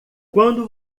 quando